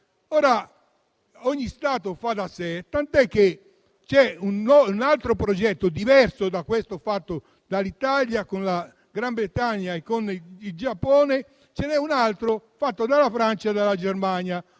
Ogni Stato fa da sé, tant'è che c'è un altro progetto, diverso da questo fatto dall'Italia con la Gran Bretagna e con il Giappone: ce n'è uno fatto dalla Francia e dalla Germania.